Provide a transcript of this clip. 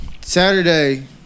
Saturday